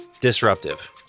disruptive